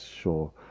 sure